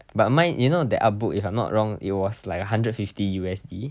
but mine you know that artbook if I'm not wrong it was like hundred and fifty U_S_D